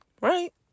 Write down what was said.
Right